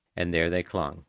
and there they clung,